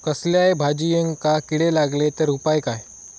कसल्याय भाजायेंका किडे लागले तर उपाय काय?